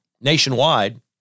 nationwide